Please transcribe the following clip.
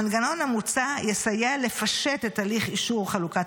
המנגנון המוצע יסייע לפשט את הליך אישור חלוקת